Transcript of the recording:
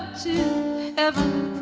to heaven